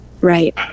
Right